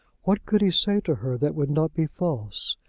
what could he say to her that would not be false?